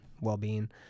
well-being